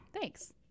Thanks